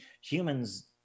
humans